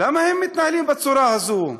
למה הם מתנהלים בצורה הזאת?